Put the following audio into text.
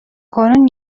کنون